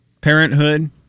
parenthood